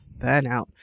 burnout